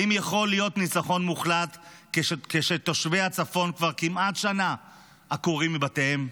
האם יכול להיות ניצחון מוחלט כשתושבי הצפון כבר כמעט שנה עקורים מבתיהם?